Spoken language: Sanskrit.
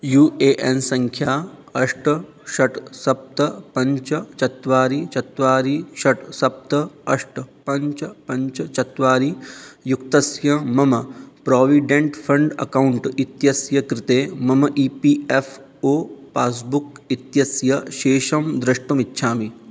यू ए एन् सङ्ख्या अष्ट षट् सप्त पञ्च चत्वारि चत्वारि षट् सप्त अष्ट पञ्च पञ्च चत्वारि युक्तस्य मम प्रोविडेण्ट् फ़ण्ड् अकौण्ट् इत्यस्य कृते मम E P F O passbook इत्यस्य शेषं द्रष्टुमिच्छामि